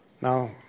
Now